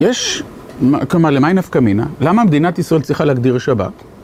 יש... למה היא נפקמינה? למה מדינת ישראל צריכה להגדיר הישראל?